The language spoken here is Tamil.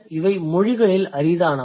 இவை மொழிகளில் அரிதானவை